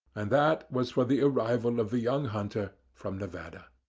and that was for the arrival of the young hunter from nevada.